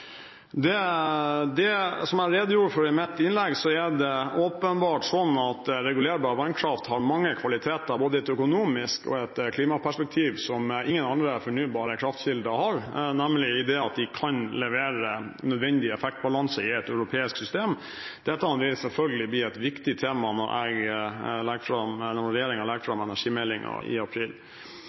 Som jeg redegjorde for i mitt innlegg, er det åpenbart sånn at regulerbar vannkraft har mange kvaliteter både i et økonomisk perspektiv og i et klimaperspektiv som ingen andre fornybare kraftkilder har, nemlig at man kan levere nødvendig effektbalanse i et europeisk system. Dette vil selvfølgelig bli et viktig tema når regjeringen legger fram